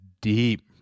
deep